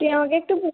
তুই আমাকে একটু